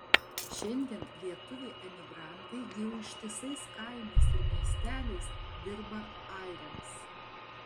šiandien lietuviai emigrantai jau ištisais kaimais ir miesteliais dirba airiams